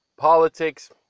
politics